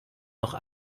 noch